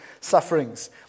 sufferings